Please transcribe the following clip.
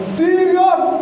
serious